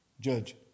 judge